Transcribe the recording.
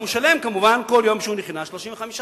הוא משלם כמובן כל יום שהוא נכנס 35 שקלים.